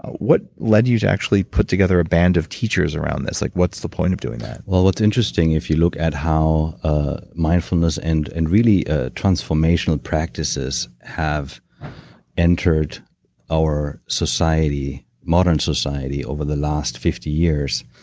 what led you to actually put together a band of teachers around this? like what's the point of doing that? well, what's interesting, if you look at how ah mindfulness and and really ah transformational practices have entered our society, modern society over the last fifty years,